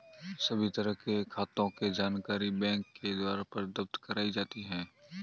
सभी तरह के खातों के जानकारी बैंक के द्वारा प्रदत्त कराई जाती है